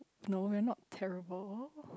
no we are not terrible